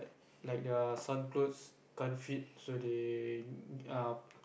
like their some clothes can't fit so they um